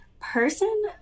Person